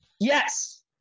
yes